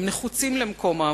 הם נחוצים למקום העבודה,